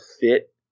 fit